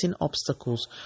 obstacles